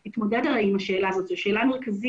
התמודדנו עם השאלה הזאת וזו שאלה מרכזית